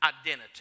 identity